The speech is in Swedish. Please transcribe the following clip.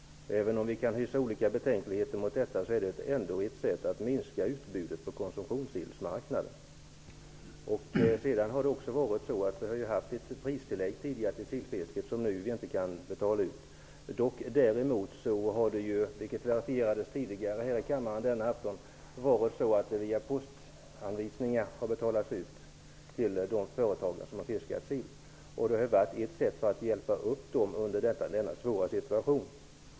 Även om vi kan hysa betänkligheter mot detta är det ändå ett sätt att minska utbudet på konsumtionssillsmarknaden. Vi har ju tidigare haft ett pristillägg till sillfisket som vi nu inte kan betala ut. Det betalades tidigare ut via postanvisningar till de företag som fiskade sill, vilket verifierades här i kammaren tidigare denna afton. Det var ett sätt att hjälpa dem i denna svåra situation.